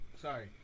Sorry